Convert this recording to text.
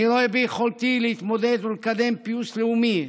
אני רואה ביכולתי להתמודד ולקדם פיוס לאומי,